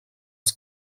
sua